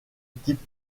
type